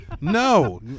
No